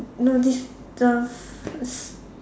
no this the s~